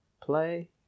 play